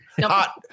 hot